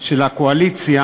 של הקואליציה